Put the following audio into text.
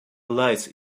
lights